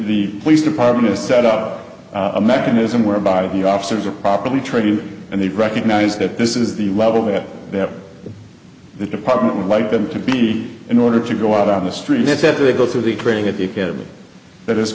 the police department to set up a mechanism whereby the officers are properly trained and they recognize that this is the level that they have the department would like them to be in order to go out on the street is that they go through the training at the academy that is